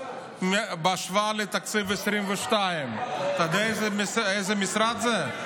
בהשוואה לתקציב 2022. אתה יודע איזה משרד זה?